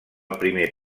primer